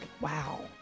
Wow